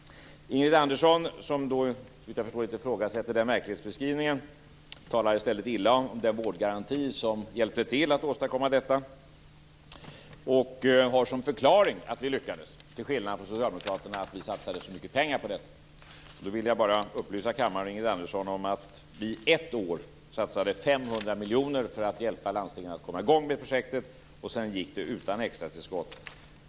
Ingrid Andersson, som såvitt jag förstår inte ifrågasätter den verklighetsbeskrivningen, talar i stället illa om den vårdgaranti som hjälpte till att åstadkomma detta. Hennes förklaring till att vi lyckades, till skillnad från socialdemokraterna, är att vi satsade så mycket pengar på detta. Jag vill bara upplysa kammaren och Ingrid Andersson om att vi ett år satsade 500 miljoner för att hjälpa landstingen att komma i gång med projektet. Sedan fungerade det utan extratillskott.